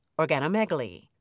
organomegaly